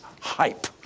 hype